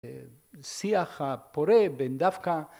שיח הפורה בין דווקא